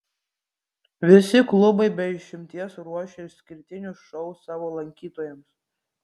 visi klubai be išimties ruošia išskirtinius šou savo lankytojams